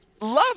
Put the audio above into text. love